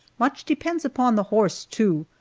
much depends upon the horse, too,